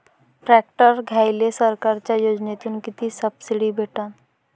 Tractor घ्यायले सरकारच्या योजनेतून किती सबसिडी भेटन?